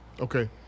Okay